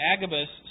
Agabus